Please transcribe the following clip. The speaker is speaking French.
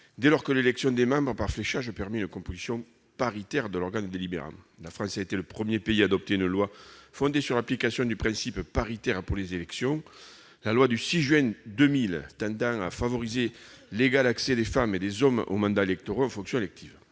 dès lors que l'élection des membres par fléchage permet une composition paritaire de l'organe délibérant. La France a été le premier pays à adopter une loi fondée sur l'application du principe paritaire pour les élections. Il s'agit de la loi du 6 juin 2000 tendant à favoriser l'égal accès des femmes et des hommes aux mandats électoraux et fonctions électives.